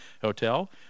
Hotel